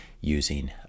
using